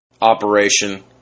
operation